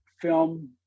film